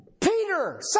Peter